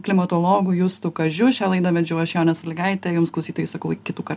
klimatologu justu kažiu šią laidą vedžiau aš jonė sąlygaitė jums klausytojai sakau iki kitų kartų